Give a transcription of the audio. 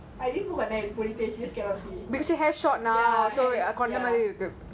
I didn't put கொண்ட:konda its ponytail she's scared of me ya ya